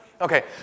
Okay